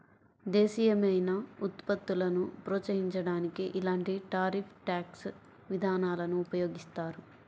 దేశీయమైన ఉత్పత్తులను ప్రోత్సహించడానికి ఇలాంటి టారిఫ్ ట్యాక్స్ విధానాలను ఉపయోగిస్తారు